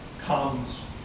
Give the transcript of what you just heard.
comes